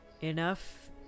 Enough